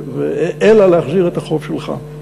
אלא להחזיר את החוב שלך.